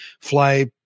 fly